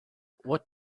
what